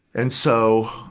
and so,